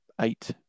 eight